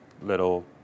little